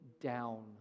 down